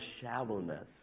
shallowness